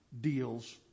deals